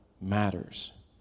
matters